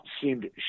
seemed